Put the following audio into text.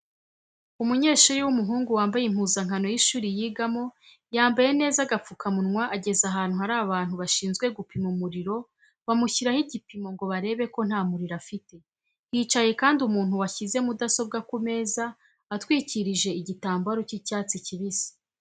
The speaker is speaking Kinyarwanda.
Umunyeshuri w'umuhungu wambaye impuzankano y'ishuri yigamo yambaye neza agapfukamunwa ageze ahantu hari abantu bashinzwe gupima umuriro bamushyizeho igipimo ngo barebe ko nta muriro afite, hicaye kandi umuntu washyize mudasobwa ku meza atwikirije igitambaro cy'icyatsi kibisi.